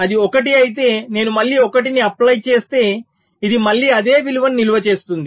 అది 1 అయితే నేను మళ్ళీ 1 ని అప్లై చేస్తే ఇది మళ్ళీ అదే విలువను నిల్వ చేస్తుంది